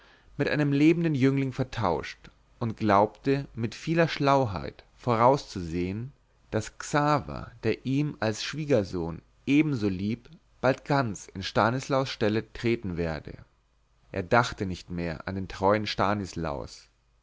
mit einem lebendigen jüngling vertauscht und glaubte mit vieler schlauheit vorauszusehen daß xaver der ihm als schwiegersohn ebenso lieb bald ganz in stanislaus stelle treten werde er dachte nicht mehr an den treuen stanislaus